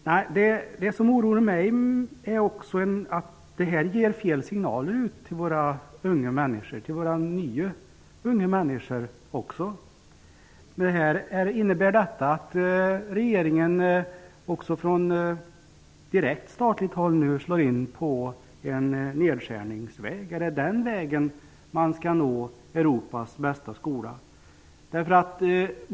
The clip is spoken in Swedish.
Vad som också oroar mig är att det här ger fel signaler till våra nya unga människor. Innebär detta att regeringen också från direkt statligt håll slår in på en nedskärningsväg? Är det den vägen man skall få Europas bästa skola?